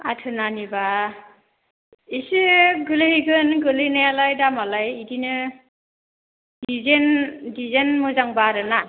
आटोनानिबा एसे गोलैहैगोन गोलैनायालाय दामालाय बिदिनो डिजेन डिजेन मोजांबा आरोना